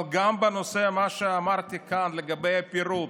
אבל גם בנושא של מה שאמרתי כאן, לגבי הפירוט,